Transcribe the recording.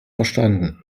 verstanden